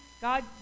God